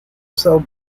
sell